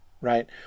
right